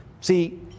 See